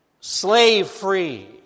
slave-free